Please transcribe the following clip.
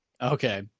Okay